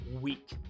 week